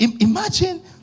imagine